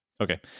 Okay